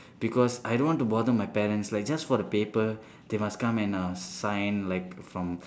because I don't want to bother my parents like just for a paper they must come and uh sign like from